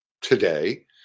today